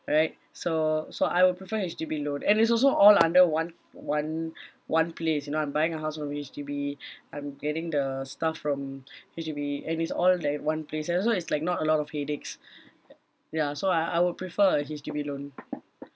right so so I would prefer H_D_B loan and it's also all under one one one place you know I'm buying a house from H_D_B I'm getting the stuff from H_D_B and it's all like in one place ya that's why it's like not a lot of headaches ya so I I would prefer a H_D_B loan